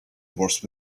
was